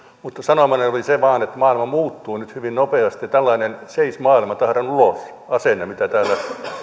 mutta sanomani oli vain se että maailma muuttuu nyt hyvin nopeasti ja tällainen seis maailma tahdon ulos asenne mitä täällä